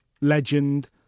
legend